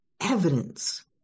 evidence